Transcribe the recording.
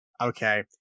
okay